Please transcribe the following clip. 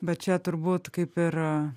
bet čia turbūt kaip ir